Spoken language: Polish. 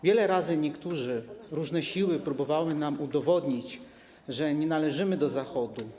Wiele razy niektórzy, różne siły próbowały nam udowodnić, że nie należymy do Zachodu.